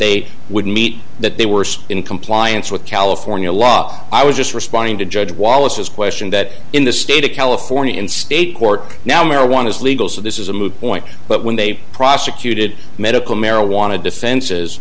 are would meet that they were in compliance with california law i was just responding to judge wallace's question that in the state of california in state court now marijuana is legal so this is a moot point but when they prosecuted medical marijuana defenses